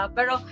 Pero